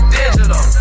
digital